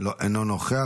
אינו נוכח.